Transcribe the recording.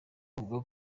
avuga